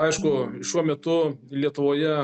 aišku šiuo metu lietuvoje